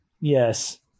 Yes